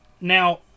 Now